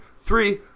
three